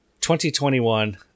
2021